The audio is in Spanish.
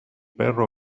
perro